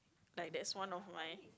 like that's one of my